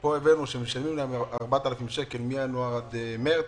פה הבאנו החלטה שמשלמים להם 4,000 שקל מינואר ועד מרץ,